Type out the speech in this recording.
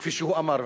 כפי שהוא אמר,